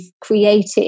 created